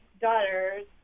daughters